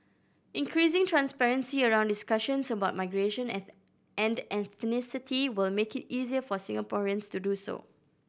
increasing transparency around discussions about migration and and ethnicity will make it easier for Singaporeans to do so